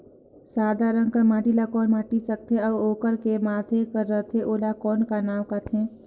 सादा रंग कर माटी ला कौन माटी सकथे अउ ओकर के माधे कर रथे ओला कौन का नाव काथे?